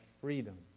freedom